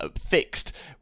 fixed